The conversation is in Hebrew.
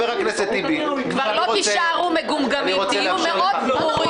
כבר לא תישארו מגומגמים, תהיו מאוד ברורים.